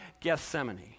Gethsemane